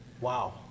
Wow